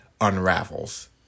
unravels